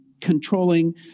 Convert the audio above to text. controlling